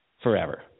forever